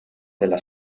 della